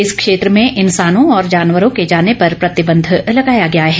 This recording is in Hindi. इस क्षेत्र में इन्सानों और जानवरों के जाने पर प्रतिबंध लगाया गया है